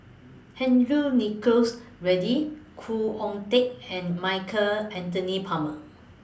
Henry Nicholas Ridley Khoo Oon Teik and Michael Anthony Palmer